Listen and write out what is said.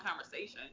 conversation